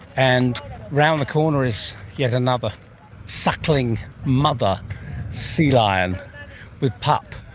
and around the corner is yet another suckling mother sea lion with pup.